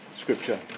Scripture